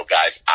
guys